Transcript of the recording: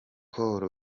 col